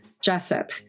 Jessup